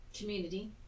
Community